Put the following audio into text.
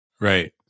Right